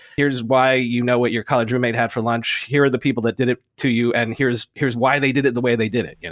here's why you know what your college roommate had for lunch. here are the people that did it to you and here's here's why they did it the way they did it. you know